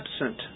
absent